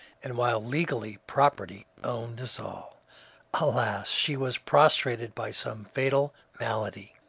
and while legally property owned us all a alas, she was prostrated by some fatal malady.